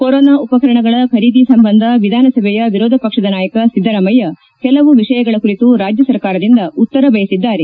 corona ಉಪಕರಣಗಳ ಖರೀದಿ ಸಂಬಂಧ ವಿಧಾನಸಭೆಯ ವಿರೋಧ ಪಕ್ಷದ ನಾಯಕ ಸಿದ್ದರಾಮಯ್ಯ ಕೆಲವು ವಿಷಯಗಳ ಕುರಿತು ರಾಜ್ಯ ಸರ್ಕಾರದಿಂದ ಉತ್ತರ ಬಯಸಿದ್ದಾರೆ